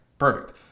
Perfect